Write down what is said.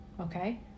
okay